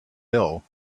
ill